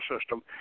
system